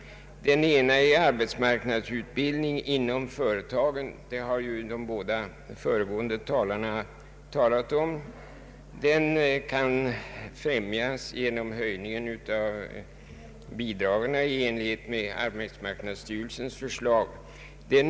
En reservation gäller arbetsmarknadsutbildningen inom företagen, en fråga som ju de båda föregående talarna yttrat sig om. Denna utbildning kan främjas genom en höjning av bidragen i enlighet med arbetsmarknadsstyrelsens förslag.